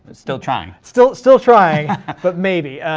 still trying. still still trying, but maybe.